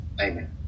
Amen